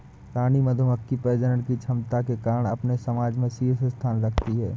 रानी मधुमक्खी प्रजनन की क्षमता के कारण अपने समाज में शीर्ष स्थान रखती है